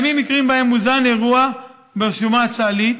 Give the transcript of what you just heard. יש מקרים שבהם מוזן אירוע ברשומה הצה"לית